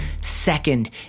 Second